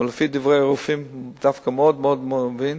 אבל לפי דברי רופאים הוא מאוד מאוד מבין.